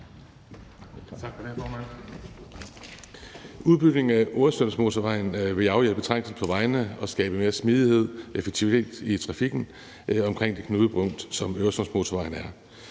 Udbygningen af Øresundsmotorvejen vil afhjælpe trængsel på vejene og skabe mere smidighed og effektivitet i trafikken omkring det knudepunkt, som Øresundsmotorvejen er.